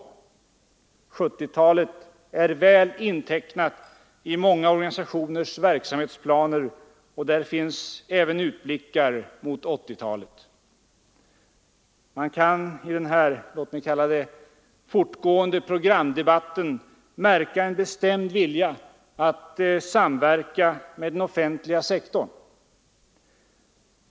1970-talet är väl intecknat i många organisationers verksamhetsplaner, och där finns även utblickar mot 1980-talet. Man kan i den här programdebatten märka en bestämd vilja att samverka med den offentliga sektorn.